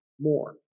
more